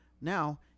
now